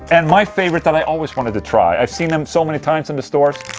and my favorite that i always wanted to try i've seen em so many times in the stores